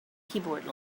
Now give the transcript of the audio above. keyboard